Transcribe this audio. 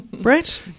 Brett